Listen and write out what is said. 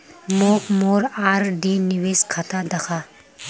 मोक मोर आर.डी निवेश खाता दखा